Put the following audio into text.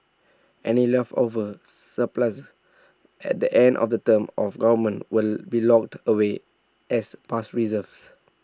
any leftover surpluses at the end of the term of government will be locked away as past reserves